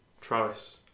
Travis